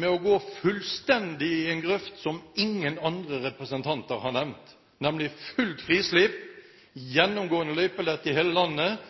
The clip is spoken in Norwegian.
med å gå fullstendig i en grøft som ingen representanter har nevnt, nemlig fullt frislipp, gjennomgående løypenett i hele landet